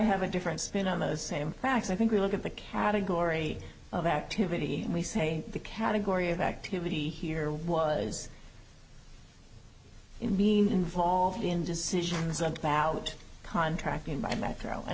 have a different spin on the same facts i think we look at the category of activity and we say the category of activity here was in being involved in decisions about contracting by metro and